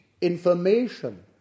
information